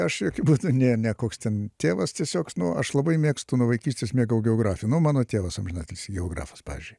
aš jokiu būdu ne nekoks ten tėvas tiesiog nu aš labai mėgstu nuo vaikystės mėgau geografiją nu nu mano tėvas amžiną atilsį geografas pavyzdžiui